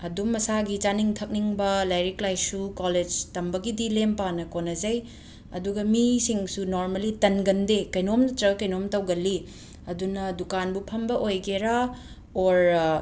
ꯑꯗꯨꯝ ꯃꯁꯥꯒꯤ ꯆꯥꯅꯤꯡ ꯊꯛꯅꯤꯡꯕ ꯂꯥꯏꯔꯤꯛ ꯂꯥꯏꯁꯨ ꯀꯣꯂꯦꯖ ꯇꯝꯕꯒꯤꯗꯤ ꯂꯦꯝ ꯄꯥꯅ ꯀꯣꯟꯅꯖꯩ ꯑꯗꯨꯒ ꯃꯤꯁꯤꯡꯁꯨ ꯅꯣꯔꯃꯂꯤ ꯇꯟꯒꯟꯗꯦ ꯀꯩꯅꯣꯝ ꯅꯠꯇ꯭ꯔꯒ ꯀꯩꯅꯣꯝ ꯇꯧꯒꯜꯂꯤ ꯑꯗꯨꯅ ꯗꯨꯀꯥꯟꯕꯨ ꯐꯝꯕ ꯑꯣꯏꯒꯦꯔ ꯑꯣꯔꯔ